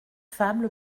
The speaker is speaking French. fable